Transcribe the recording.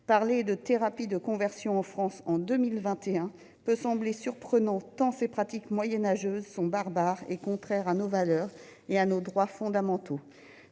Parler de thérapies de conversion en France en 2021 peut sembler surprenant tant ces pratiques moyenâgeuses sont barbares et contraires à nos valeurs et à nos droits fondamentaux.